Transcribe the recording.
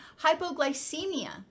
hypoglycemia